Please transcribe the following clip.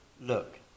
look